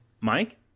Mike